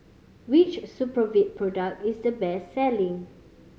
which Supravit product is the best selling